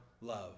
love